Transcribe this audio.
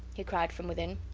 he cried from within.